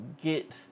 get